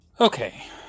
Okay